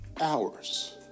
hours